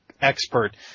expert